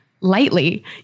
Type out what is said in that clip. lightly